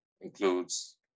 includes